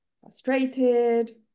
frustrated